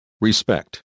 Respect